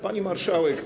Pani marszałek.